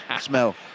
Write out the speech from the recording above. smell